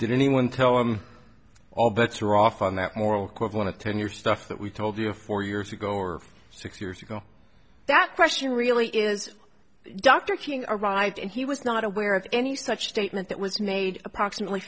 did anyone tell him all bets are off on that moral code one of ten your stuff that we told you four years ago or six years ago that question really is dr king arrived and he was not aware of any such statement that was made approximately